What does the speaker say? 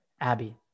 Abby